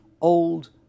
old